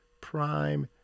prime